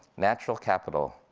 natural capital.